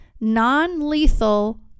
non-lethal